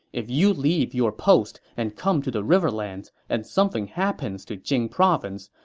if you leave your post and come to the riverlands and something happens to jing province,